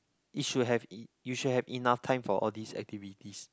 it should have you should have enough time for all this activities